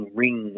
ring